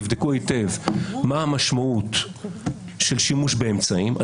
תבדקו היטב מה המשמעות של שימוש באמצעים האלה.